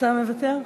מוותר.